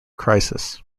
crisis